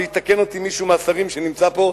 ויתקן אותי מישהו מהשרים שנמצא פה,